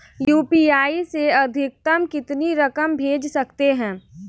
UPI से अधिकतम कितनी रकम भेज सकते हैं?